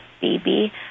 baby